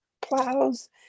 plows